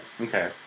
okay